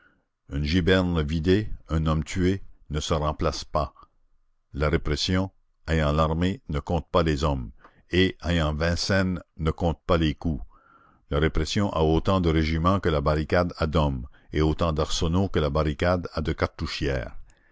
une giberne vidée un homme tué ne se remplacent pas la répression ayant l'armée ne compte pas les hommes et ayant vincennes ne compte pas les coups la répression a autant de régiments que la barricade a d'hommes et autant d'arsenaux que la barricade a de cartouchières